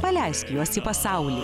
paleisk juos į pasaulį